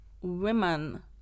women